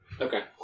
Okay